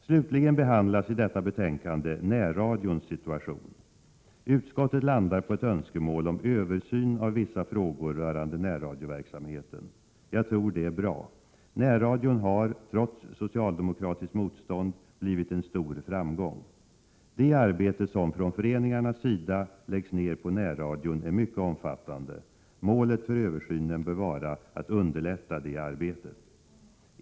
Slutligen behandlas i detta betänkande närradions situation. Utskottet landar på ett önskemål om översyn av vissa frågor rörande närradioverksamheten. Jag tror det är bra. Närradion har, trots socialdemokratiskt motstånd, blivit en stor framgång. Det arbete som från föreningarnas sida läggs ned på närradion är mycket omfattande. Målet för översynen bör vara att underlätta detta arbete.